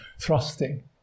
thrusting